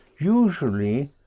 Usually